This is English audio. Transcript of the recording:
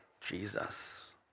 Jesus